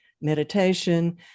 meditation